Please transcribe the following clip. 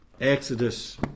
Exodus